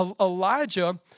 Elijah